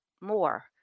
more